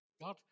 God